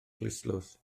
clustdlws